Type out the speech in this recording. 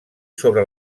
sobre